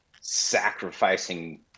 sacrificing